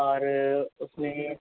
और उसमें